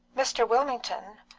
mr. wilmington.